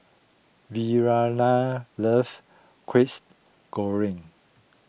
Verena loves Goreng